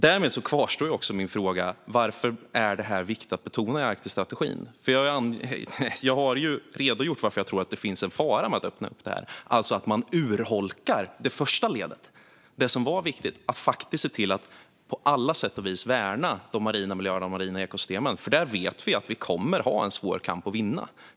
Därmed kvarstår min fråga: Varför är detta viktigt att betona i Arktisstrategin? Jag har redogjort för varför jag tror att det finns en fara med att öppna upp detta, alltså att man urholkar det första ledet som var viktigt, att faktiskt se till att på alla sätt värna de marina miljöerna och de marina ekosystemen. Där vet vi att vi kommer att ha en svår kamp att vinna.